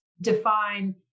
define